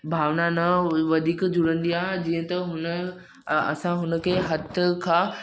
भावना न वधीक जुणंदी आहे जीअं त हुन असां हुनखे हथ खां